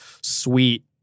sweet